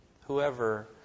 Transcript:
Whoever